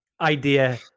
idea